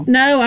no